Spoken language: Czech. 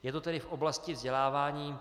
Je to tedy v oblasti vzdělávání.